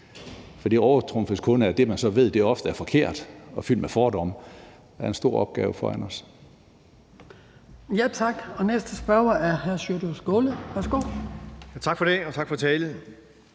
for den overtrumfes kun af, at det, som man så ved, ofte er forkert og fyldt med fordomme. Der er en stor opgave foran os.